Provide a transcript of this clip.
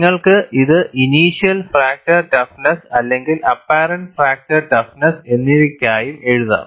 നിങ്ങൾക്ക് ഇത് initiation fracture toughness അല്ലെങ്കിൽ അപ്പാറെന്റ് ഫ്രാക്ചർ ടഫ്നെസ്സ് എന്നിവയ്ക്കായും എഴുതാം